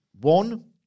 one